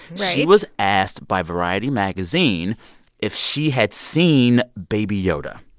she was asked by variety magazine if she had seen baby yoda